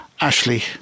Ashley